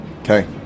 Okay